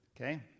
Okay